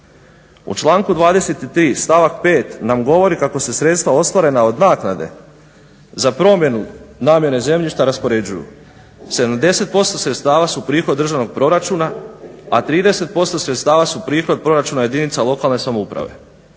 U članku 23.stavak 5.nam govori kako se sredstva ostvarena od naknade za promjenu namjene zemljišta raspoređuju, 70% sredstava su prihod državnog proračuna, a 30% sredstava su prihod proračuna jedinica lokalne samouprave.